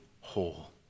whole